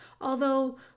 although